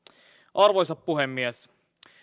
arvoisa puhemies